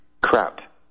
crap